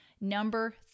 number